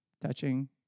touching